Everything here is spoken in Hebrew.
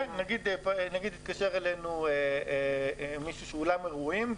כן, נגיד התקשר אלינו אולם אירועים.